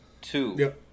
Two